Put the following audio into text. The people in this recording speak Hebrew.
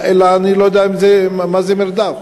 אלא אם כן אני לא יודע מה זה מרדף.